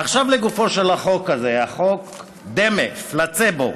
ועכשיו לגופו של החוק הזה, החוק-דמה, פלצבו,